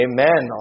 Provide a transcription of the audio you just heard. Amen